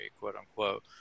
quote-unquote